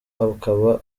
akaba